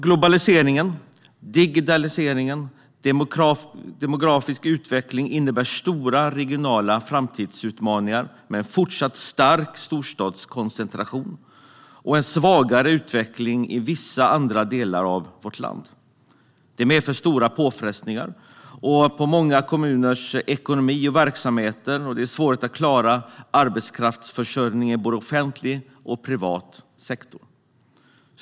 Globaliseringen, digitaliseringen och den demografiska utvecklingen innebär stora regionala framtidsutmaningar med en fortsatt stark storstadskoncentration och en svagare utveckling i vissa andra delar av vårt land. Detta medför stora påfrestningar på många kommuners ekonomi och verksamhet samt svårigheter att klara arbetskraftsförsörjningen i både offentlig och privat sektor.